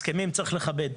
הסכמים צריך לכבד.